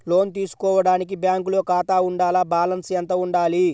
లోను తీసుకోవడానికి బ్యాంకులో ఖాతా ఉండాల? బాలన్స్ ఎంత వుండాలి?